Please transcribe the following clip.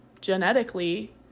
genetically